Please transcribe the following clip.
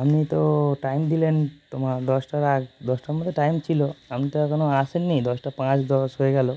আপনি তো টাইম দিলেন তোমার দশটার আগ দশটার মধ্যে টাইম ছিল আপনি তো এখনও আসেননি দশটা পাঁচ দশ হয়ে গেলো